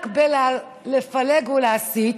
רק בלפלג ולהסית,